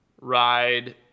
ride